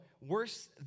worse